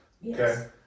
Yes